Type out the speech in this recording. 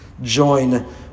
join